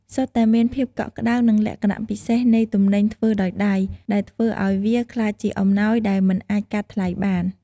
សុទ្ធតែមានភាពកក់ក្តៅ និងលក្ខណៈពិសេសនៃទំនិញធ្វើដោយដៃ ដែលធ្វើឱ្យវាក្លាយជាអំណោយដែលមិនអាចកាត់ថ្លៃបាន។